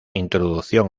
introducción